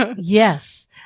yes